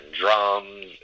drums